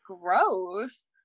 gross